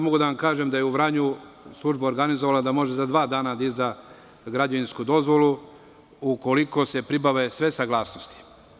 Mogu da vam kažem da je u Vranju služba organizovala da može za dva dana da izda građevinsku dozvolu, ukoliko se pribave sve saglasnosti.